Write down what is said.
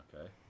Okay